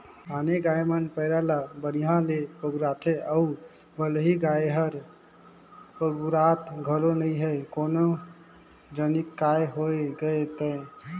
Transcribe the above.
आने गाय मन पैरा ला बड़िहा ले पगुराथे अउ बलही गाय हर पगुरात घलो नई हे कोन जनिक काय होय गे ते